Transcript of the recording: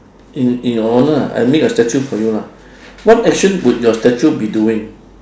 in in your honour ah I make a statue for you ah what action would your statue be doing